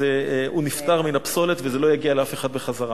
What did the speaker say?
הוא נפטר מהפסולת וזה לא יגיע לאף אחד בחזרה.